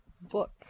book